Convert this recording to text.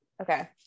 Okay